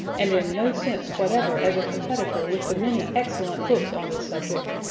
and in no sense whatever as a competitor with the many excellent books on this subject,